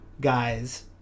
guys